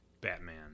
batman